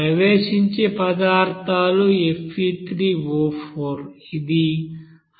ప్రవేశించే పదార్థాలు Fe3O4 ఇది 100 కిలోలు